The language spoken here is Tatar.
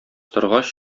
торгач